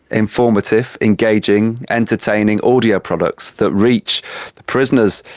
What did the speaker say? informative, engaging, entertaining audio products that reach prisoners,